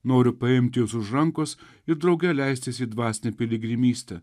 noriu paimt jus už rankos ir drauge leistis į dvasinę piligrimystę